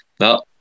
no